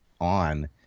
on